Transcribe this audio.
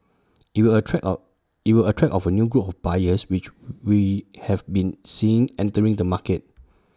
IT will attract of IT will attract of A new group of buyers which we have been seeing entering the market